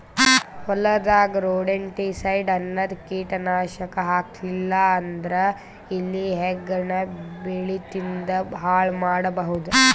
ಹೊಲದಾಗ್ ರೊಡೆಂಟಿಸೈಡ್ಸ್ ಅನ್ನದ್ ಕೀಟನಾಶಕ್ ಹಾಕ್ಲಿಲ್ಲಾ ಅಂದ್ರ ಇಲಿ ಹೆಗ್ಗಣ ಬೆಳಿ ತಿಂದ್ ಹಾಳ್ ಮಾಡಬಹುದ್